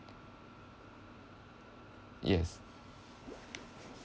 yes